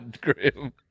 grim